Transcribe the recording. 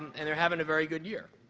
and they're having a very good year.